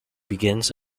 begins